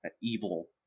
evil